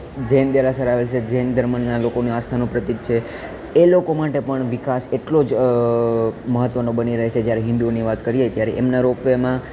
જૈન દેરાસર આવેલ છે જૈન ધર્મનાં લોકોને આસ્થાનું પ્રતિક છે એ લોકો માટે પણ વિકાસ એટલો જ મહત્ત્વનો બની રહે છે જ્યારે હિન્દુઓની વાત કરીએ ત્યારે એમનાં રોપવેમાં